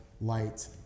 light